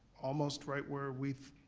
almost right where we,